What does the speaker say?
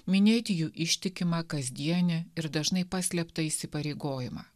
minėti jų ištikimą kasdienį ir dažnai paslėptą įsipareigojimą